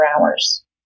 hours